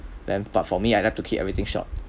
then but for me I like to keep everything short